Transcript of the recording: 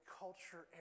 culture